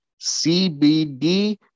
cbd